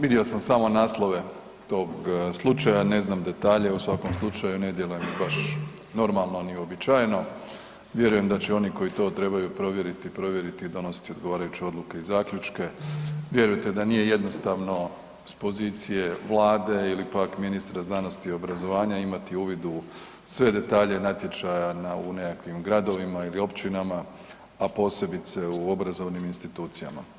Vidio sam samo naslove tog slučaja, ne znam detalje, u svakom slučaju ne djeluje mi baš normalno ni uobičajeno, vjerujem da će oni koji to trebaju provjeriti, provjeriti i donositi odgovarajuće odluke i zaključke, vjerujte da nije jednostavno s pozicije Vlade ili pak ministra znanosti i obrazovanja imati uvid u sve detalje natječaja u nekakvim gradovima ili općinama a posebice u obrazovnim institucijama.